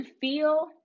feel